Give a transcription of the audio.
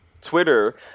Twitter